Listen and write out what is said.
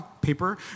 paper